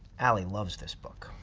allie loves this book.